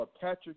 Patrick